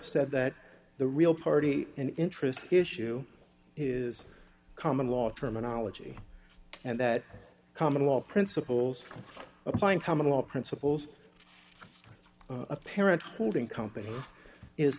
said that the real party and interest issue is common law terminology and that common law principles apply and common law principles a parent holding company is